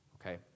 okay